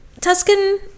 Tuscan